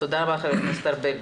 תודה רבה לחבר הכנסת ארבל.